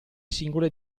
singole